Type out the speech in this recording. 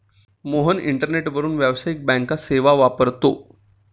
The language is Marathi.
मोहन इंटरनेटवरून व्यावसायिक बँकिंग सेवा वापरतो